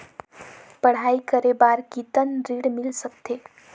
पढ़ाई करे बार कितन ऋण मिल सकथे?